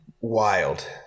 wild